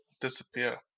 disappear